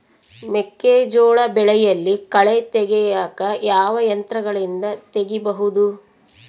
ಮೆಕ್ಕೆಜೋಳ ಬೆಳೆಯಲ್ಲಿ ಕಳೆ ತೆಗಿಯಾಕ ಯಾವ ಯಂತ್ರಗಳಿಂದ ತೆಗಿಬಹುದು?